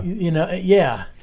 you know yeah,